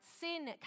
sin